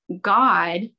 God